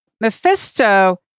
Mephisto